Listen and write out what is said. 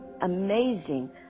amazing